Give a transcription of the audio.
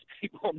people